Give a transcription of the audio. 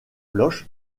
bloch